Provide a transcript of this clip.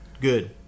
good